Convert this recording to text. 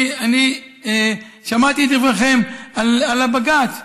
אני שמעתי את דבריכם על הבג"ץ.